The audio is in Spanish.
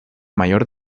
mayor